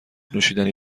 نوشیدنی